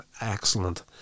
excellent